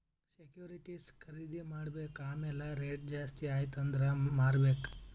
securities ಖರ್ದಿ ಮಾಡ್ಬೇಕ್ ಆಮ್ಯಾಲ್ ರೇಟ್ ಜಾಸ್ತಿ ಆಯ್ತ ಅಂದುರ್ ಮಾರ್ಬೆಕ್